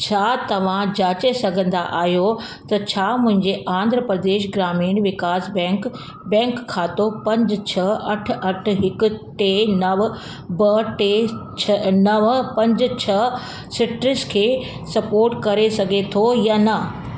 छा तव्हां जाचे सघंदा आहियो त छा मुंहिंजे आंध्र प्रदेश ग्रामीण विकास बैंक बैंक खातो पंज छह अठ अठ हिकु टे नव ॿ टे छह नव पंज छह सिट्रस खे सपोर्ट करे थो य न